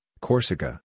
Corsica